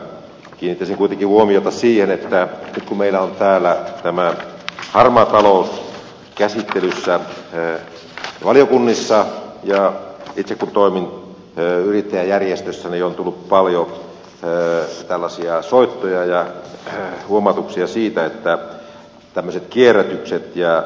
kiinnittäisin kuitenkin huomiota siihen että kun meillä on täällä tämä harmaa talous käsittelyssä valiokunnissa ja itse kun toimin yrittäjäjärjestössä niin on tullut paljon soittoja ja huomautuksia siitä että tämmöinen kierrätys jätetään verottajalle ilmoittamatta